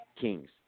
Kings